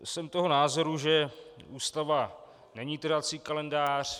Jsem toho názoru, že Ústava není trhací kalendář.